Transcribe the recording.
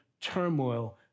turmoil